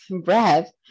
breath